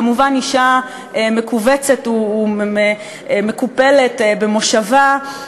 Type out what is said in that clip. כמובן אישה מכווצת ומקופלת במושבה,